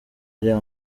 ariya